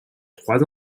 trois